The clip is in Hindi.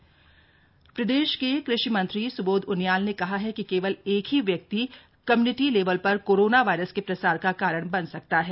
कृषि मंत्री टिहरी प्रदेश के कृषि मंत्री स्बोध उनियाल ने कहा है कि केवल एक ही व्यक्ति कम्य्निटी लेवल पर कोरोना वायरस के प्रसार का कारण बन सकता है